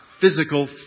physical